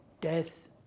death